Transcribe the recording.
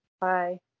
Bye